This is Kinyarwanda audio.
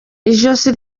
ijosi